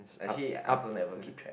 actually I also never keep track